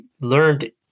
learned